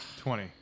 Twenty